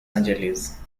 angeles